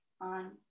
on